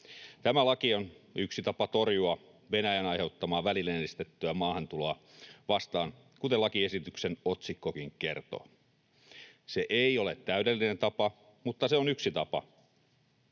Tämä laki on yksi tapa torjua Venäjän aiheuttamaa välineellistettyä maahantuloa, kuten lakiesityksen otsikkokin kertoo. Se ei ole täydellinen tapa, mutta se on yksi tapa.